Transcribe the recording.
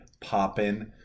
popping